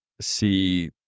see